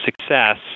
success